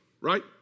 right